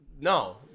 No